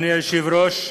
אדוני היושב-ראש,